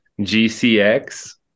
GCX